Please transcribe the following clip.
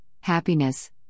happiness